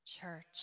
church